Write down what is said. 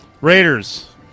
Raiders